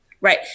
Right